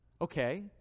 Okay